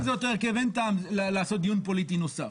אני אומר שאם זה אותו הרכב אין טעם לעשות דיון פוליטי נוסף,